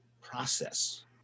process